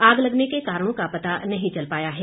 आग लगने के कारणों का पता नहीं चल पाया है